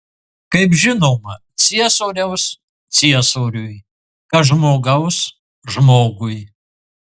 kaip žinoma ciesoriaus ciesoriui kas žmogaus žmogui